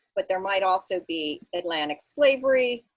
but there might also be atlantic slavery,